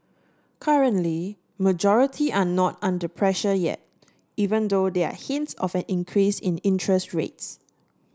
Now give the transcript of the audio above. currently majority are not under pressure yet even though they are hints of an increase in interest rates